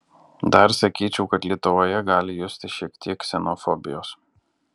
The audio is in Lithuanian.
dar sakyčiau kad lietuvoje gali justi šiek tiek ksenofobijos